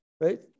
right